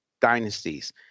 dynasties